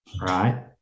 right